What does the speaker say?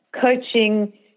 coaching